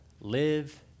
Live